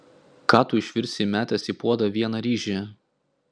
ką tu išvirsi įmetęs į puodą vieną ryžį